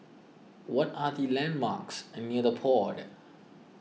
what are the landmarks near the Pod